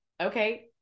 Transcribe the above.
okay